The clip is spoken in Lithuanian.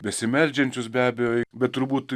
besimeldžiančius be abejo bet turbūt